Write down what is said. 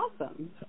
Awesome